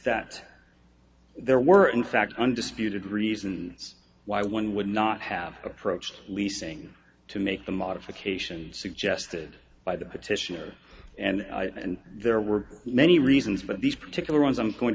that there were in fact undisputed reasons why one would not have approached leasing to make the modifications suggested by the petitioner and and there were many reasons but these particular ones i'm going